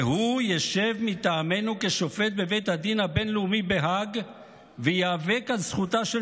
והוא ישב מטעמנו כשופט בבית הדין הבין-לאומי בהאג וייאבק על זכותה של